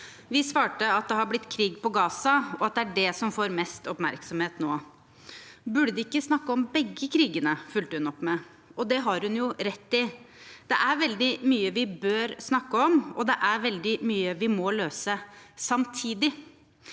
Vi svarte at det har blitt krig i Gaza, og at det er det som får mest oppmerksomhet nå. – Burde de ikke snakke om begge krigene, fulgte hun opp med. Og det har hun jo rett i. Det er veldig mye vi bør snakke om, og det er veldig mye vi må løse – samtidig.